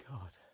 God